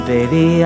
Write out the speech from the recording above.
Baby